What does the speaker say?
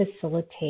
facilitate